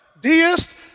Deist